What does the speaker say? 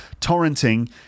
torrenting